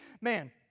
man